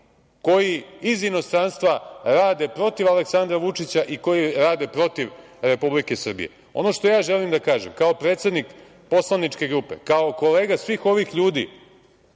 koji iz inostranstva rade protiv Aleksandra Vučića i koji rade protiv Republike Srbije. Ono što ja želim da kažem kao predsednik poslaničke grupe, kao kolega svih ovih ljudi